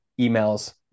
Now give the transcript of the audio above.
emails